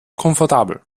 komfortabel